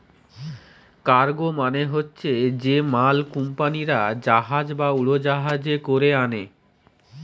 cargo মানে হচ্ছে যে মাল কুম্পানিরা জাহাজ বা উড়োজাহাজে কোরে আনে